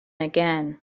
again